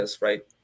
right